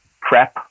prep